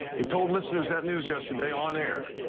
he told listeners that news yesterday on air.